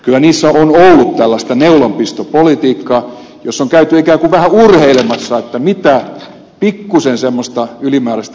kyllä niissä on ollut tällaista neulanpistopolitiikkaa jossa on käyty ikään kuin vähän urheilemassa sillä mitä pikkuisen semmoista ylimääräistä ilkeyttä voisi huom